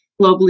globally